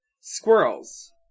squirrels